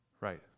Right